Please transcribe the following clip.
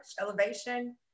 Elevation